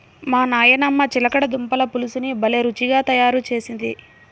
మా నాయనమ్మ చిలకడ దుంపల పులుసుని భలే రుచిగా తయారు చేసేది